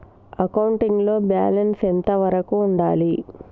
Accounting లో balance ఎంత వరకు ఉండాలి?